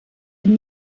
den